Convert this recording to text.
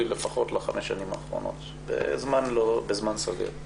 לפחות לחמש השנים האחרונות בזמן סביר,